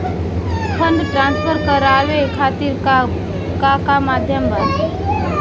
Fund transfer करवाये खातीर का का माध्यम बा?